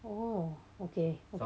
oh okay okay someone like review